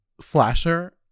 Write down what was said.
slasher